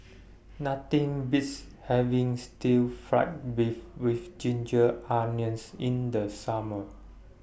Nothing Beats having Stir Fry Beef with Ginger Onions in The Summer